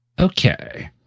Okay